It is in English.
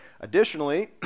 Additionally